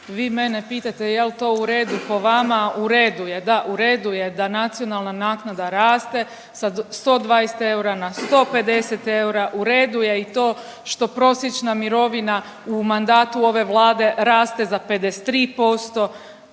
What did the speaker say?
Vi mene pitate jel to u redu po vama? U redu je, da u redu je da nacionalna naknada raste sa 120 eura na 150 eura, u redu je i to što prosječna mirovina u mandatu ove Vlade raste za 53%,